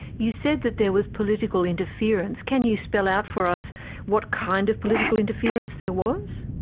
you said that there was political interference can you spell out for us what kind of political interference there was?